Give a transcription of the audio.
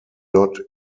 not